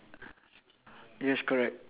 shouting shoot like that is it